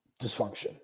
dysfunction